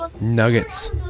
Nuggets